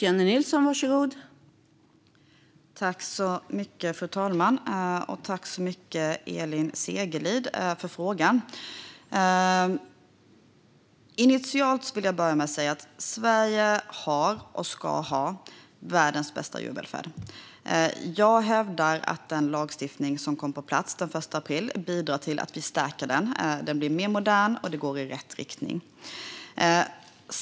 Fru talman! Tack så mycket för frågan, Elin Segerlind! Initialt vill jag säga att Sverige har och ska ha världens bästa djurvälfärd. Jag hävdar att den lagstiftning som kom på plats den 1 april bidrar till att vi stärker den. Den blir mer modern, och det går i rätt riktning.